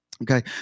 Okay